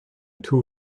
two